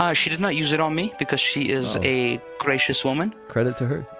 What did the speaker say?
um she did not use it on me because she is a gracious woman. credit to her,